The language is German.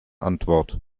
antwort